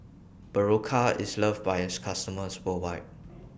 Berocca IS loved By its customers worldwide